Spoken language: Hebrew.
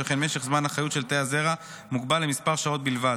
שכן משך זמן החיות של תאי הזרע מוגבל למספר שעות בלבד.